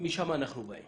משם אנחנו באים